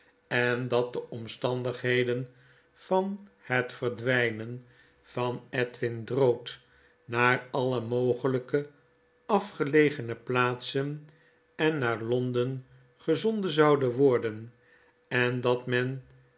en dat de omstandigheden van i i f wrnrn onder verdenking het verdwpen van edwin drood naar alle mogelgke afgelegene plaatsen en naar londen gezonden zouden worden en dat men